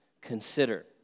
consider